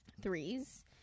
threes